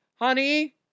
Honey